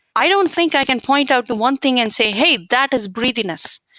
i don't think i can point out to one thing and say, hey, that is breathiness,